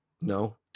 no